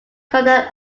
scudder